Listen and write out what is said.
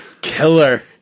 killer